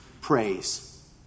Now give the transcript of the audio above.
praise